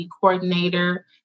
coordinator